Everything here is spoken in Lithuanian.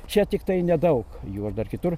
čia tiktai nedaug jų o dar kitur